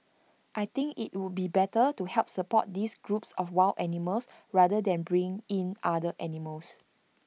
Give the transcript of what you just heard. I think IT would be better to help support these groups of wild animals rather than bring in other animals